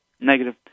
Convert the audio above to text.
Negative